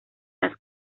las